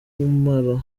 kamara